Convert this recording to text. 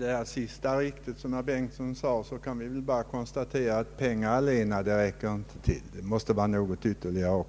Herr talman! Är det som herr Bengtson senast sade riktigt, kan vi väl bara konstatera att pengar allena inte räcker till, utan att det måste vara något ytterligare